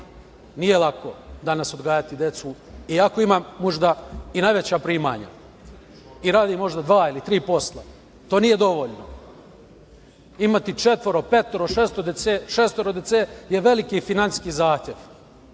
Nije lako danas odgajati decu, iako imamo možda i najveća primanja i radim možda dva ili tri posla. To nije dovoljno. imati četvoro, petoro, šestoro dece je veliki finansijski zahtev